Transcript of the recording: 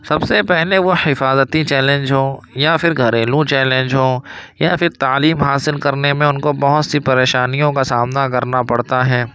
سب سے پہلے وہ حفاظتی چیلنج ہو یا پھر گھریلو چیلنج ہو یا پھر تعلیم حاصل کرنے میں ان کو بہت سی پریشانیوں کا سامنا کرنا پڑتا ہے